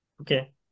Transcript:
Okay